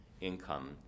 income